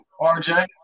RJ